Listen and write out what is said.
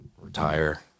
retire